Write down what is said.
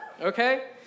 okay